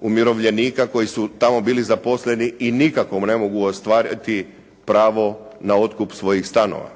umirovljenika koji su tamo bili zaposleni i nikako ne mogu ostvariti pravo na otkup svojih stanova.